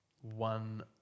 one